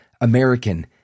American